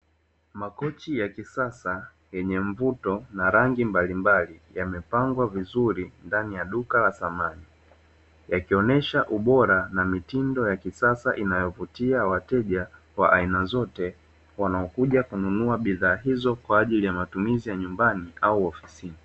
Makochi ya kisasa yenye mvuto na rangi mbalimbali, yamepangwa vizuri ndani ya duka la samani yakionesha ubora na mitindo ya kisasa inayovutia wateja wa aina zote wanaokuja kununua bidhaa hizo kwa ajili ya matumizi ya nyumbani au ofisini.